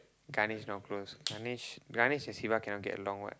Ganesh not close Ganesh and siva cannot get along what